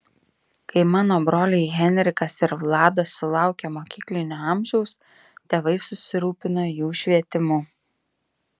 kai mano broliai henrikas ir vladas sulaukė mokyklinio amžiaus tėvai susirūpino jų švietimu